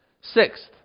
Sixth